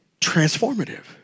transformative